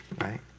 right